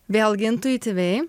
vėlgi intuityviai